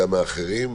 מאחרים.